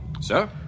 Sir